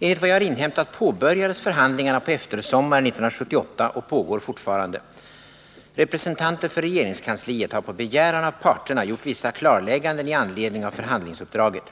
Enligt vad jag har inhämtat påbörjades förhandlingarna på eftersommaren 1978 och pågår fortfarande. Representanter för regeringskansliet har på begäran av parterna gjort vissa klarlägganden med anledning av förhandlingsuppdraget.